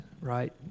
Right